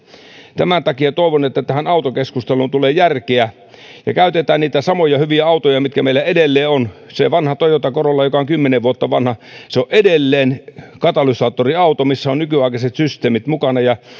tämän takia toivon että tähän autokeskusteluun tulee järkeä ja käytetään niitä samoja hyviä autoja jotka meillä edelleen on se vanha toyota corolla joka on kymmenen vuotta vanha on edelleen katalysaattoriauto jossa on nykyaikaiset systeemit mukana ja